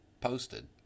posted